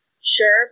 sure